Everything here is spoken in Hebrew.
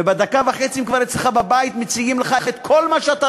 לחייב גופים ועסקים שהאזרח נמצא אתם בקשרים ארוכי